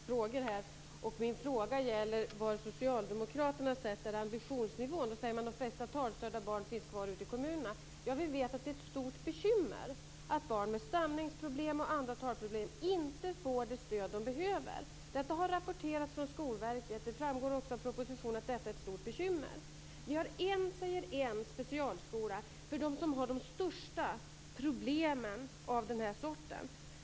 Fru talman! Det är jag som ställer frågor här. Min fråga gäller var Socialdemokraterna sätter ambitionsnivån. Man säger att de flesta talstörda barn finns kvar ute i kommunerna. Vi vet att det är ett stort bekymmer att barn med stamningsproblem och andra talproblem inte får det stöd de behöver. Detta har rapporterats från Skolverket. Det framgår också av propositionen att detta är ett stort bekymmer. Vi har en, säger en, specialskola för dem som har de största problemen av den här sorten.